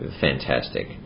fantastic